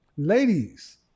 ladies